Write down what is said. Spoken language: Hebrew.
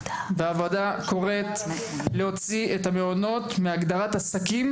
הוועדה קוראת להוציא את המעונות מהגדרת עסקים,